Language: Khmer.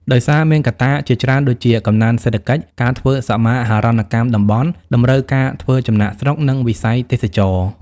ដោយសារមានកត្តាជាច្រើនដូចជា កំណើនសេដ្ឋកិច្ច ការធ្វើសមាហរណកម្មតំបន់ តម្រូវការធ្វើចំណាកស្រុក និងវិស័យទេសចរណ៍។